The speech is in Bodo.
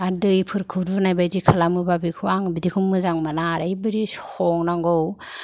आरो दैफोरखौ रुनाय बायदि खालामोबा बेखौ आं बिदिखौ मोजां मोना आरो ओरैबादि संनांगौ